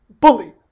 Bully